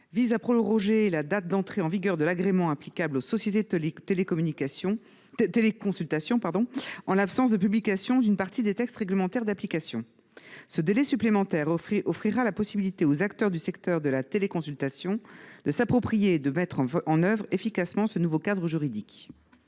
vise à proroger la date d’entrée en vigueur de l’agrément applicable aux sociétés de téléconsultation, en l’absence de la publication d’une partie des textes réglementaires d’application. Ce délai supplémentaire offrira la possibilité aux acteurs du secteur de la téléconsultation de s’approprier et de mettre en œuvre efficacement ce nouveau cadre juridique.